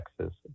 Texas